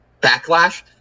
backlash